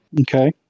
okay